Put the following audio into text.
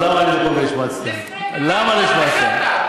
לפני דקה,